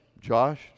Josh